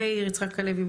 מאיר יצחק הלוי,